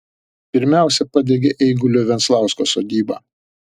pirmiausiai padegė eigulio venslausko sodybą